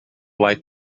life